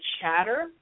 chatter